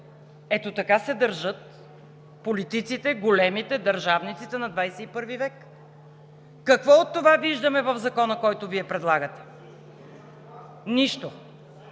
Ето така се държат големите политици, държавниците на 21 век. Какво от това виждаме в Закона, който Вие предлагате? Нищо!